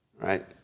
Right